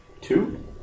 Two